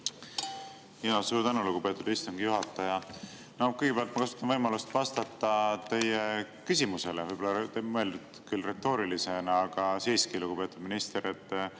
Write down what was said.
Suur tänu, lugupeetud istungi juhataja! Kõigepealt ma kasutan võimalust vastata teie küsimusele. Võib-olla oli see mõeldud retoorilisena, aga siiski. Lugupeetud minister.